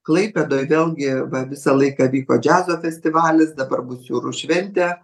klaipėdoj vėlgi visą laiką vyko džiazo festivalis dabar bus jūros šventė